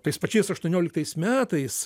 tais pačiais aštuonioliktais metais